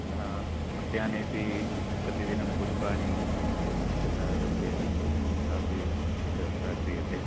पुनः उद्यानेऽपि प्रतिदिनं पुष्पाणि यथा लभ्येरन् सापि व्यवस्था क्रियते